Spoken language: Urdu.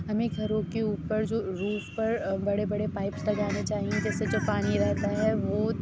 ہمیں گھروں کے اوپر جو روف پر بڑے بڑے پائپس لگانا چاہیئیں جیسے جو پانی رہتا ہے وہ